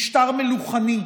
משטר מלוכני.